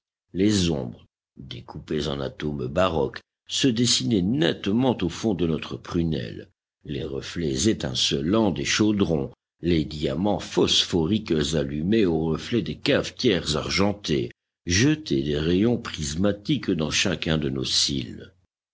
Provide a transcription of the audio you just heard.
les ombres découpées en atomes baroques se dessinaient nettement au fond de notre prunelle les reflets étincelants des chaudrons les diamants phosphoriques allumés aux reflets des cafetières argentées jetaient des rayons prismatiques dans chacun de nos cils